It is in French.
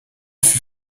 fut